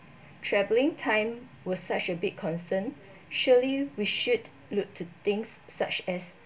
travelling time was such a big concern surely we should look to things such as